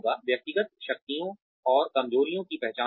व्यक्तिगत शक्तियों और कमजोरियों की पहचान करना